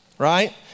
right